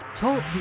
Talk